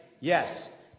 yes